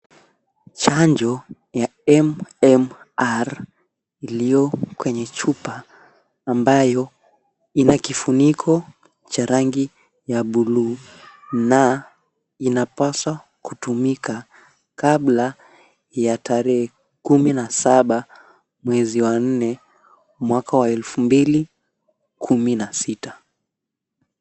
Chanjo ya MMR iliyo kwenye chupa ambayo ina kifuniko cha rangi ya buluu na inapaswa kutumika kabla ya tarehe kumi na saba mwezi wa nne mwaka elfu mbili kumi na sita.